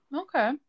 Okay